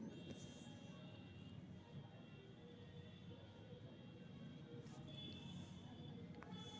RD को FD में बदलेके सुविधा कोनो कोनो बैंके द्वारा प्रदान कएल जाइ छइ